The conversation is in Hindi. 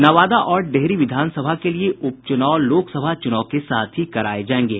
नवादा और डेहरी विधानसभा के लिए उपच्रनाव लोकसभा चूनाव के साथ ही कराये जायेंगे